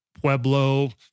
Pueblo